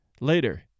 Later